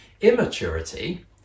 Immaturity